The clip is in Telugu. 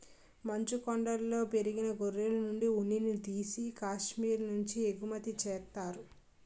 మంచుకొండలలో పెరిగే గొర్రెలనుండి ఉన్నిని తీసి కాశ్మీరు నుంచి ఎగుమతి చేత్తారు